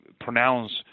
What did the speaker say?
pronounce